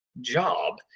job